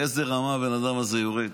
לאיזו רמה הבן אדם הזה יורד.